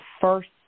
first